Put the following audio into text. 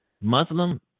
Muslim